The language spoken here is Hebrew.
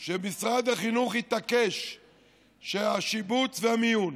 שמשרד החינוך התעקש שהשיבוץ והמיון